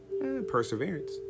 Perseverance